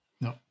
No